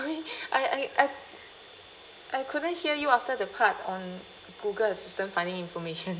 I I I I couldn't hear you after the part on google assistant finding information